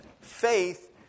faith